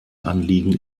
anliegen